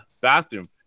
bathroom